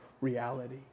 reality